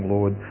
Lord